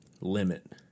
limit